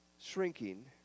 shrinking